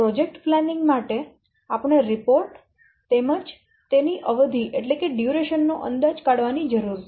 project planning માટે આપણે report તેમજ તેની અવધિ નો અંદાજ કાઢવાની જરૂર છે